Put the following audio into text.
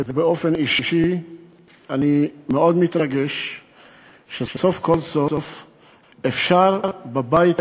ובאופן אישי אני מאוד מתרגש שסוף כל סוף אפשר בבית